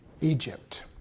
Egypt